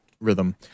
rhythm